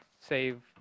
save